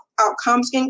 outcomes